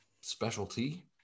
specialty